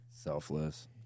selfless